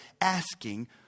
asking